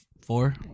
Four